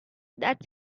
that